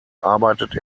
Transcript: arbeitet